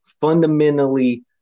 fundamentally